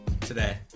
Today